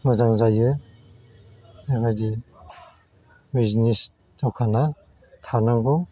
मोजां जायो बेबायदि बिजनेस दखाना थानांगौ